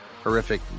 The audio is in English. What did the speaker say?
horrific